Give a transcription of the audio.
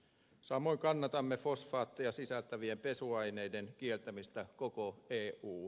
samoin kannatamme fosfaatteja sisältävien pesuaineiden kieltämistä koko eu tasolla